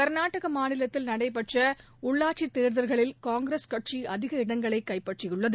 கள்நாடகமாநிலத்தில் நடைபெற்றஉள்ளாட்சித் தேர்தல்களில் காங்கிரஸ் கட்சிஅதிக இடங்களைகைப்பற்றியுள்ளது